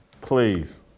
please